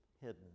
hidden